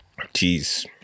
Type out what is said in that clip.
Jeez